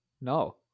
No